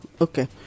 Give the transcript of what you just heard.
okay